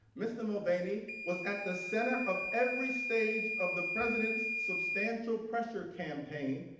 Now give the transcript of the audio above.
mr. mulvaney was at the center of every stage of the president substantial pressure campaign,